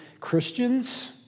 Christians